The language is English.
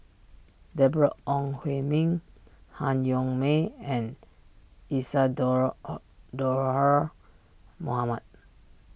Deborah Ong Hui Min Han Yong May and Isadhora Mohamed